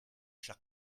chers